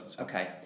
okay